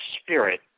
spirit